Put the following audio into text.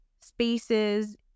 spaces